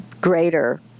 greater